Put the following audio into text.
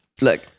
Look